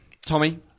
Tommy